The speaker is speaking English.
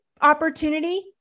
opportunity